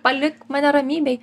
palik mane ramybėj